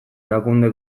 erakunde